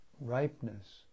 ripeness